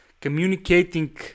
communicating